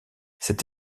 cette